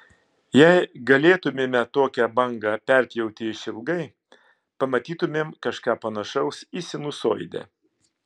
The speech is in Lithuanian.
jei galėtumėme tokią bangą perpjauti išilgai pamatytumėm kažką panašaus į sinusoidę